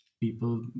people